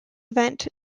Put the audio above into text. event